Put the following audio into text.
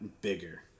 bigger